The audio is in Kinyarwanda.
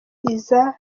iza